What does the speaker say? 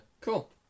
cool